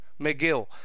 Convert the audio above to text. McGill